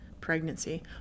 pregnancy